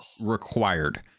required